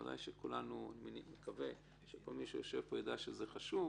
אני מקווה שכל מי שיושב פה יודע שזה חשוב.